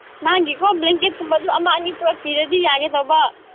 ꯃꯥꯒꯤꯀꯣ blanket ꯀꯨꯝꯕꯗꯨ ꯑꯃ ꯑꯅꯤ ꯄꯨꯔꯛꯄꯤꯔꯗꯤ ꯌꯥꯒꯗꯕ